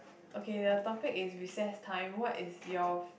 okay the topic is recess time what is your